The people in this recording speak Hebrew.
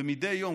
ומדי יום,